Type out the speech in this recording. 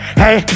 hey